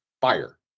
fire